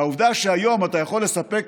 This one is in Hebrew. והעובדה שהיום אתה יכול לספק